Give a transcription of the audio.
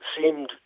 seemed